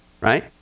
right